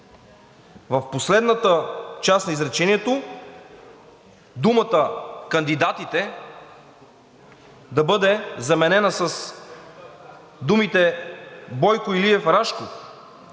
В последната част на изречението думата „кандидатите“ да бъде заменена с думите „Бойко Илиев Рашков“,